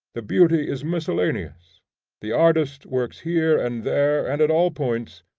the beauty is miscellaneous the artist works here and there and at all points,